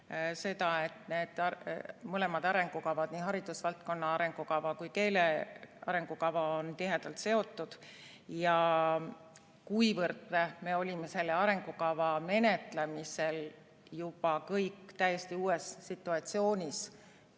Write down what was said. seda, et need arengukavad, haridusvaldkonna arengukava ja keele arengukava, on tihedalt seotud, ja kuna me olime selle arengukava menetlemisel juba täiesti uues situatsioonis